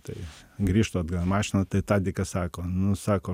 tai grįžtu atgal į mašiną tai tadikas sako nu sako